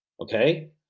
okay